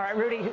um rudy,